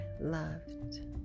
loved